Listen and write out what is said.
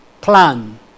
plan